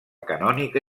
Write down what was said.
canònica